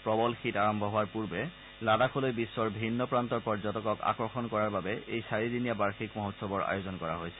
প্ৰবল শীত আৰম্ভ হোৱাৰ পূৰ্বে লাডাখলৈ বিশ্বৰ ভিন্ন প্ৰান্তৰ পৰ্যটকক আকৰ্ষণ কৰাৰ বাবে এই চাৰিদিনীয়া বাৰ্ষিক মহোৎসৱৰ আয়োজন কৰা হৈছে